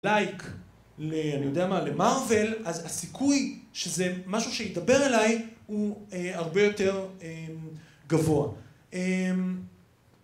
לייק, לאני יודע מה, למרוויל, אז הסיכוי שזה משהו שידבר אליי הוא הרבה יותר גבוה.